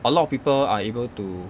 a lot of people are able to